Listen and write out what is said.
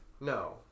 No